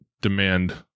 demand